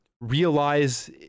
realize